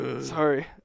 Sorry